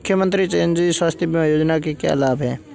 मुख्यमंत्री चिरंजी स्वास्थ्य बीमा योजना के क्या लाभ हैं?